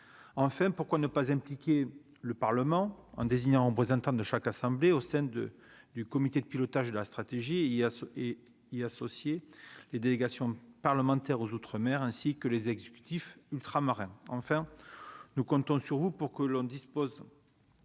enfin, pourquoi ne pas impliquer le parlement en désignant présentant de chaque assemblée au sein de du comité de pilotage de la stratégie il y a et y associer les délégations parlementaires aux outre-mer ainsi que les exécutifs ultramarins,